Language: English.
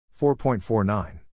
4.49